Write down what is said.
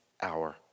hour